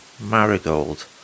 marigold